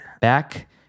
back